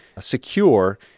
secure